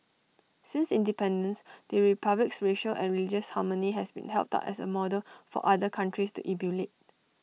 since independence the republic's racial and religious harmony has been held up as A model for other countries to emulate